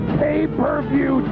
pay-per-view